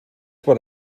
what